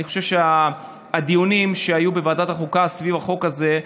אני חושב שהדיונים שהיו בוועדת חוקה סביב החוק הזה,